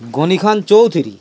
Ghani Khan Chowdhury